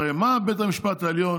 הרי מה בית המשפט העליון